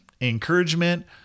encouragement